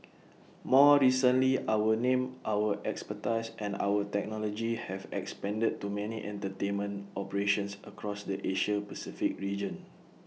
more recently our name our expertise and our technology have expanded to many entertainment operations across the Asia Pacific region